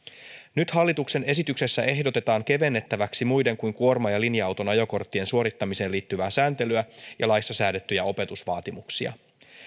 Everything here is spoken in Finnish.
nyt hallituksen esityksessä ehdotetaan kevennettäväksi muiden kuin kuorma ja linja auton ajokorttien suorittamiseen liittyvää sääntelyä ja laissa säädettyjä opetusvaatimuksia